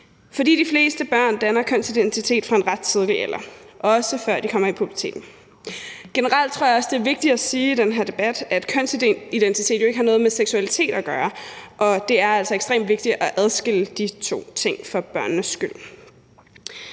fordi de fleste børn danner kønsidentitet fra en ret tidlig alder, og også før de kommer i puberteten. Generelt tror jeg også det er vigtigt at sige i den her debat, at kønsidentitet jo ikke har noget med seksualitet at gøre, og det er altså ekstremt vigtigt at adskille de to ting for børnenes skyld.